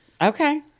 Okay